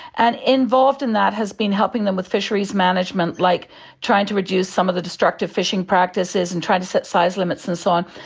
and involved in that has been helping them with fisheries management, like trying to reduce some of the destructive fishing practices and trying to set size limits and so on.